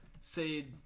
say